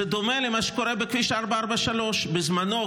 זה דומה למה שקורה בכביש 443. בזמנו,